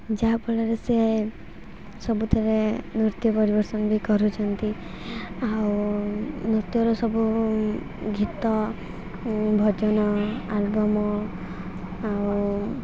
ଯାହା ଫଳରେ ସେ ସବୁଥିରେ ନୃତ୍ୟ ପରିବେଷଣ ବି କରୁଛନ୍ତି ଆଉ ନୃତ୍ୟର ସବୁ ଗୀତ ଭଜନ ଆଲ୍ବମ୍ ଆଉ